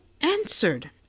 answered